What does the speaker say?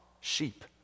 sheep